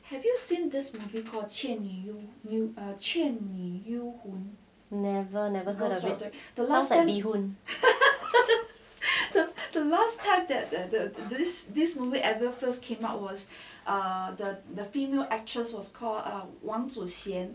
never never of it the sound like laksa bee hoon